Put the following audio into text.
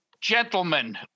Gentlemen